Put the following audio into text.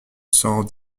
cent